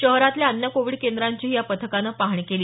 शहरातील अन्य कोविड केंद्रांचीही या पथकानं पाहणी केली